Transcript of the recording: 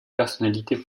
personnalité